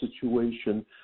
situation